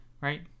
Right